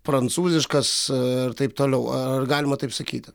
prancūziškas ir taip toliau ar galima taip sakyti